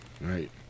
Right